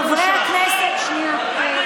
הליכוד נגד שלטון החוק.